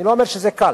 אני לא אומר שזה קל,